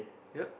yep